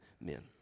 men